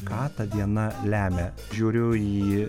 ką ta diena lemia žiūriu į